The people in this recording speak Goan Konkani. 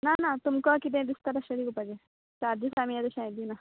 ना ना तुमका कितें दिसता तशें दिवपाचें सादी आमी तशें यें दिना